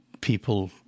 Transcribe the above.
people